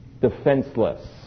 defenseless